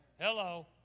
Hello